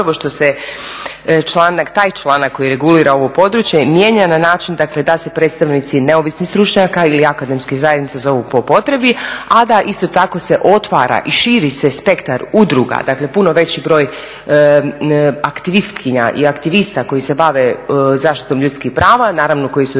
zapravo što se taj članak koji regulira ovo područje mijenja na način dakle da se predstavnici neovisnih stručnjaka ili akademskih zajednica zovu po potrebi, a da isto tako se otvara i širi se spektar udruga, dakle puno veći broj aktivistkinja i aktivista koji se bave zaštitom ljudskih prava, naravno koji su registrirani,